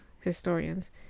historians